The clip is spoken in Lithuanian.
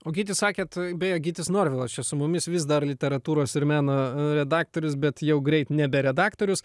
o gyti sakėt beje gytis norvilas čia su mumis vis dar literatūros ir meno redaktorius bet jau greit nebe redaktorius